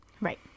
Right